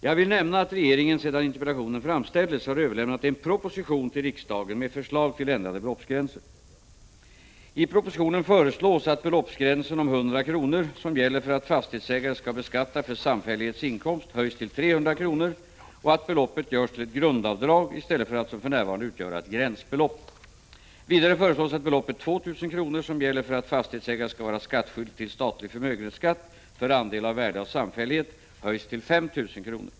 Jag vill nämna att regeringen, sedan interpellationen framställdes, har överlämnat en proposition till riksdagen med förslag till ändrade beloppsgränser . I propositionen föreslås att beloppsgränsen om 100 kr., som gäller för att fastighetsägare skall beskattas för samfällighets inkomst, höjs till 300 kr. och att beloppet görs till ett grundavdrag i stället för att som för närvarande utgöra att gränsbelopp. Vidare föreslås att beloppet 2 000 kr., som gäller för att fastighetsägare skall vara skattskyldig till statlig förmögenhetsskatt för andel av värde av samfällighet, höjs till 5 000 kr.